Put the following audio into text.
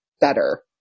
better